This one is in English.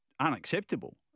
unacceptable